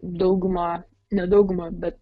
dauguma ne dauguma bet